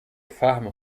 فهم